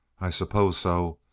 i suppose so.